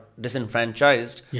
disenfranchised